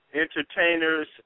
entertainers